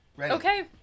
okay